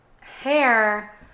hair